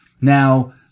Now